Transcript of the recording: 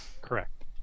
Correct